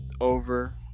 over